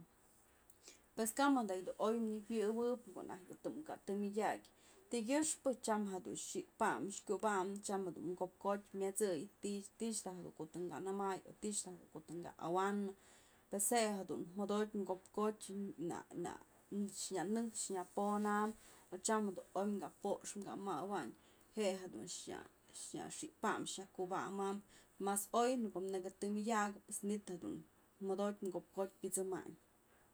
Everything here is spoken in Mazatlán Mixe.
Pues kap mëjk da yë dun oy nëjuëwëb në ko'o najtyë dun të muk ka tëy mëdyak, tykyëxpë tyam jedun xi'ij pam, kubamëp tyam jedun ko'op jotyë myët'sëy tich da dun ko'o tën kë nëmay, o tich da dun ko'o tënkë awanë, pues je'e jedun jodotyë kopjotyë ná, ná, nya nëj nya ponam o tyam jedun oy ka pox ka mawanyë je'e jedun nya xi'ij pam, kubamam mas oy në ko'o nëkë tëy mëdyakëp pues manytë jedun jodotyë kopjotyë pyësëmanyë.